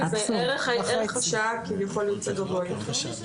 ערך השעה כביכול יוצא גבוה יותר.